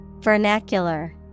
Vernacular